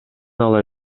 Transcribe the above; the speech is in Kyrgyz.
ала